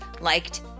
liked